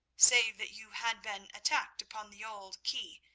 save that you had been attacked upon the old quay,